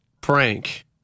prank